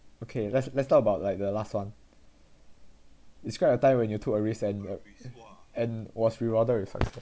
okay let's let's talk about like the last one describe a time when you took a risk and and was rewarded with success